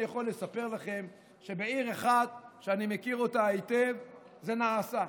אני יכול לספר לכם שבעיר אחת שאני מכיר היטב זה נעשה.